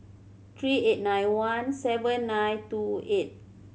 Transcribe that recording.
three eight nine one seven nine two eight